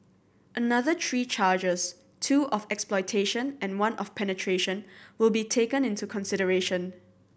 another three charges two of exploitation and one of penetration were be taken into consideration